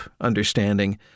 understanding